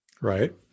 Right